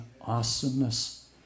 awesomeness